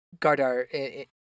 Gardar